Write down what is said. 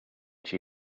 she